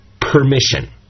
Permission